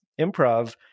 improv